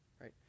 Right